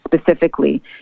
specifically